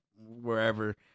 wherever